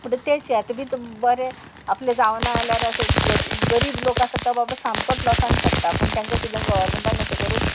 म्हणटगीर ते शेत बी बरें आपलें जावं ना जाल्यार अशें गरीब लोक आसा तो बाबा सामकोच लॉसान पडटा पूण तांकां कितें गोवोरमेंटान अशें करून